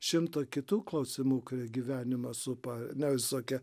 šimto kitų klausimų kurie gyvenimą supa na visokie